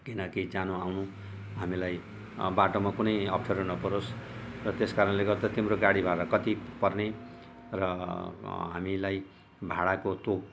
किनकि जानु आउनु हामीलाई बाटोमा कुनै अप्ठ्यारो नपरोस् र त्यस कारणले गर्दा तिम्रो गाडी भाडा कति पर्ने र हामीलाई भाडाको तोक